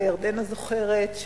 אולי ירדנה זוכרת,